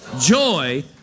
joy